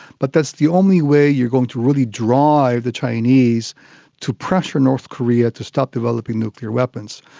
but that's the only way you going to really draw the chinese to pressure north korea to stop developing nuclear weapons.